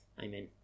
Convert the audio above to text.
Amen